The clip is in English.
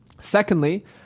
Secondly